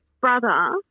brother